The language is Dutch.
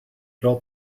vooral